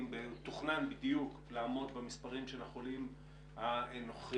תוכנן בדיוק לעמוד במספרים של החולים הנוכחיים,